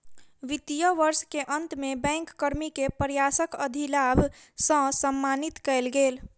वित्तीय वर्ष के अंत में बैंक कर्मी के प्रयासक अधिलाभ सॅ सम्मानित कएल गेल